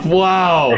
wow